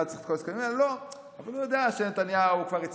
הוא היה צריך את כל ההסכמים האלה?